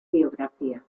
biografía